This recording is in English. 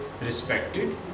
respected